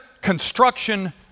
construction